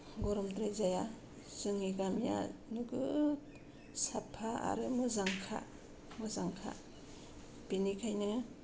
गरमद्राय जाया जोंनि गामिया नोगोद साफा आरो मोजांखा मोजांखा बिनिखायनो